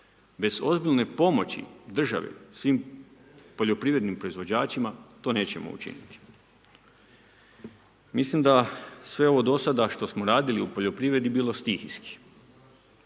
bez ozbiljne pomoći državi svim poljoprivrednim proizvođačima to nećemo učiniti. Mislim da sve ovo do sada što smo radili u poljoprivredi, bilo stihijski.